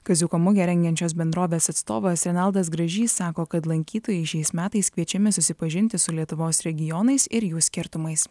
kaziuko mugę rengiančios bendrovės atstovas renaldas gražys sako kad lankytojai šiais metais kviečiami susipažinti su lietuvos regionais ir jų skirtumais